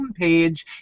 homepage